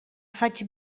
faig